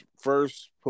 first